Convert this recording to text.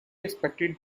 expected